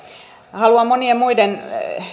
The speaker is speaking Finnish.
haluan monien muiden